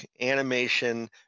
animation